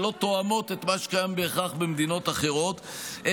שלא תואמות את מה שקיים בהכרח במדינות אחרות,